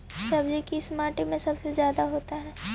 सब्जी किस माटी में सबसे ज्यादा होता है?